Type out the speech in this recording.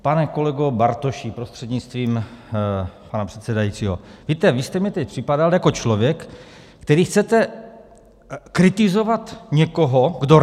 Pane kolego Bartoši prostřednictvím pana předsedajícího, víte, vy jste mi teď připadal jako člověk, který chcete kritizovat někoho, kdo resuscituje.